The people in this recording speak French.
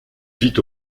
vit